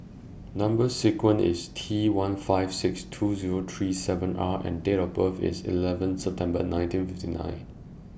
Number sequence IS T one five six two Zero three seven R and Date of birth IS eleventh September nineteen fifty nine